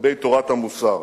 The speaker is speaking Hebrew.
ולגבי תורת המוסר.